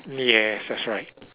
yes that's right